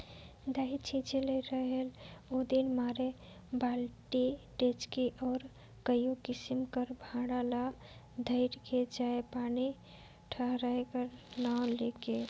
दवई छिंचे ले रहेल ओदिन मारे बालटी, डेचकी अउ कइयो किसिम कर भांड़ा ल धइर के जाएं पानी डहराए का नांव ले के